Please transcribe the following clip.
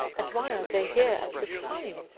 and why are they here at this time?